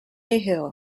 hill